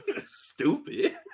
Stupid